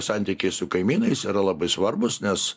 santykiai su kaimynais yra labai svarbūs nes